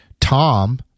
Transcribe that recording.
Tom